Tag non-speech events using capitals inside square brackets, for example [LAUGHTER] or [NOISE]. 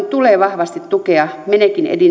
[UNINTELLIGIBLE] tulee vahvasti tukea menekin